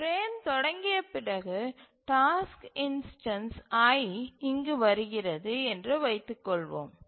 frame தொடங்கிய பிறகு task instance i இங்கு வருகிறது என்று வைத்துக்கொள்வோம்